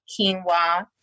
quinoa